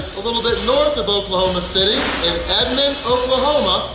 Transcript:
a little bit north of oklahoma city in edmond, oklahoma!